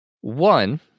One